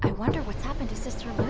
and wonder what's happened to sister